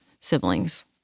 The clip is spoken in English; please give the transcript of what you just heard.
siblings